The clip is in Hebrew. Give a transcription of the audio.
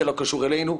זה לא קשור אלינו,